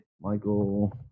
Michael